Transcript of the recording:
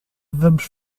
vamos